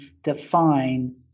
define